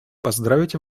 поздравить